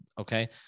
Okay